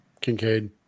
Kincaid